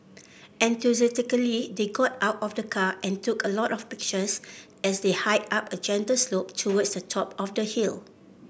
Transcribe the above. enthusiastically they got out of the car and took a lot of pictures as they hiked up a gentle slope towards the top of the hill